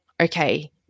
okay